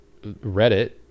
Reddit